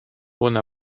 una